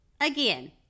Again